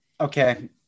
Okay